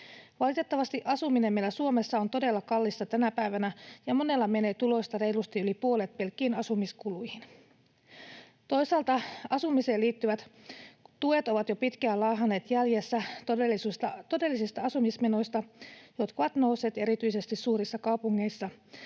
Valitettavasti asuminen meillä Suomessa on todella kallista tänä päivänä ja monella menee tulosta reilusti yli puolet pelkkiin asumiskuluihin. Toisaalta asumiseen liittyvät tuet ovat jo pitkään laahanneet jäljessä todellisista asumismenoista, jotka ovat nousseet erityisesti suurissa kaupungeissa,